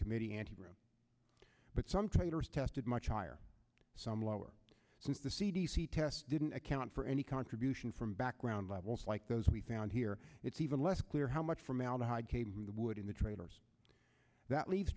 committee ante room but some traders tested much higher some lower since the c d c test didn't account for any contribution from background levels like those we found here it's even less clear how much formaldehyde came from the wood in the traders that leaves